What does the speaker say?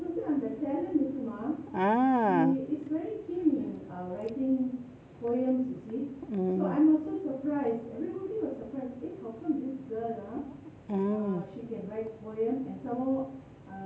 ah mm mm